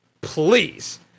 Please